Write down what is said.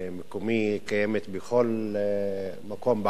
מקומי קיימת בכל מקום בעולם.